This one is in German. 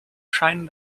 scheinen